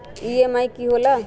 EMI की होला?